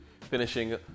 finishing